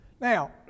Now